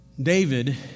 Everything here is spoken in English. David